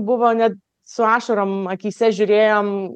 buvo ne su ašarom akyse žiūrėjom